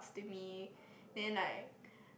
to me then like